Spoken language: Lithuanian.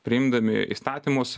priimdami įstatymus